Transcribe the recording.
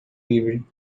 livre